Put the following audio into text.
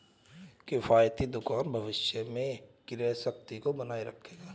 किफ़ायती दुकान भविष्य में क्रय शक्ति को बनाए रखेगा